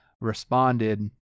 responded